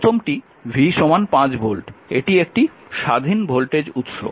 প্রথমটি V 5 volt এটি একটি স্বাধীন ভোল্টেজ উৎস